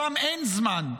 שם אין זמן,